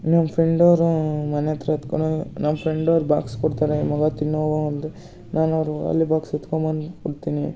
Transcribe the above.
ನಮ್ಮ ಫ್ರೆಂಡ್ ಅವರೂ ಮನೆ ಹತ್ರ ಎತ್ಕೊಳೋ ನಮ್ಮ ಫ್ರೆಂಡ್ ಅವ್ರ ಬಾಕ್ಸ್ ಕೊಡ್ತಾರೆ ಮಗ ತಿನ್ನೋವ ಒಂದು ನಾನು ಅವರು ಅಲ್ಲಿ ಬಾಕ್ಸ್ ಎತ್ಕೊಂಬಂದು ಕೊಡ್ತೀನಿ